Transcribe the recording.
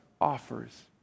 offers